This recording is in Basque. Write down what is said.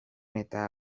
eta